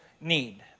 need